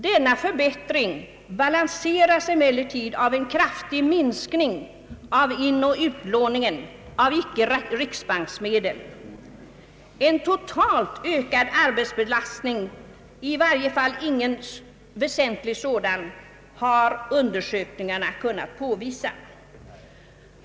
Denna förbättring balanseras emellertid av en kraftig minskning av inoch utlåningen av icke-riksbanksmedel. Undersökningarna har i varje fall inte kunnat påvisa någon väsentlig ökning av den totala arbetsbelastningen.